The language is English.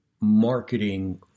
marketing